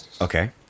Okay